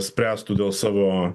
spręstų dėl savo